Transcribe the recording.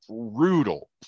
brutal